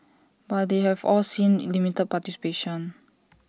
but they have all seen in limited participation